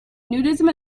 nudism